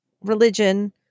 religion